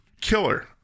Killer